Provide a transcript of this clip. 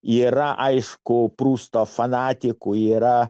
yra aišku prusto fanatikų yra